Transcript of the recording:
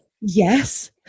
Yes